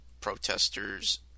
protesters